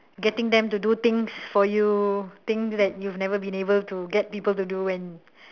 getting them to do things for you things that you've never been able to get people to do and